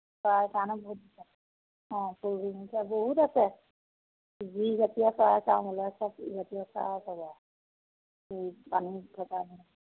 চৰাই কাৰণে বহুত বিখ্যাত অঁ বহুত আছে যি জাতীয় চৰাই চাওঁ বোলে চব জাতীয় চৰাই পাব আৰু সেই পানীত থকা